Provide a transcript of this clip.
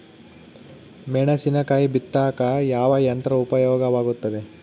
ಮೆಣಸಿನಕಾಯಿ ಬಿತ್ತಾಕ ಯಾವ ಯಂತ್ರ ಉಪಯೋಗವಾಗುತ್ತೆ?